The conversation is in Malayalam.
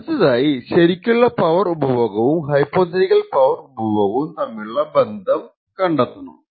അടുത്തതായി ശരിക്കുള്ള പവർ ഉപഭോഗവും ഹൈപോതെറ്റിക്കൽ പവർ ഉപഭോഗവും തമ്മിലുള്ള ബന്ധം കണ്ടെത്തണം